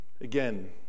Again